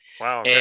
Wow